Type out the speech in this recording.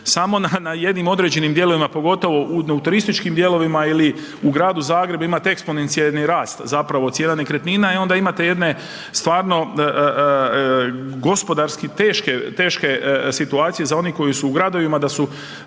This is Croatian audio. samo na jednim određenim dijelovima, pogotovo u turističkim dijelovima ili u gradu Zagrebu imate eksponencijalni rast cijena nekretnina. I onda imate jedne stvarno gospodarski teške situacije za one koji su u gradovima da su